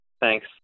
Thanks